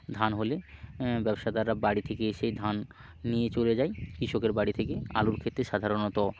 ধান হলে ব্যবসাদাররা বাড়ি থেকে এসে ধান নিয়ে চলে যায় কৃষকের বাড়ি থেকে আলুর ক্ষেত্রে সাধারণত